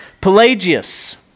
Pelagius